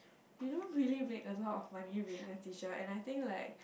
you don't really make a lot of money being a teacher and I think like